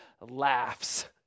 laughs